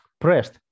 pressed